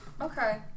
okay